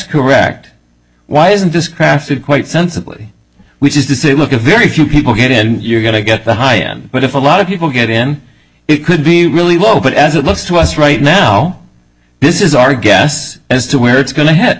correct why isn't this crafted quite sensibly which is to say look at very few people get in you're going to get the high end but if a lot of people get in it could be really low but as it looks to us right now this is our guess as to where it's going to h